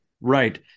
right